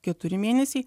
keturi mėnesiai